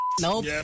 Nope